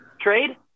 Trade